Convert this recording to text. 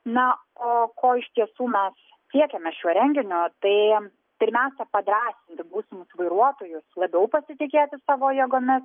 na o ko iš tiesų mes siekiame šiuo renginiu tai pirmiausia padrąsinti būsimus vairuotojus labiau pasitikėti savo jėgomis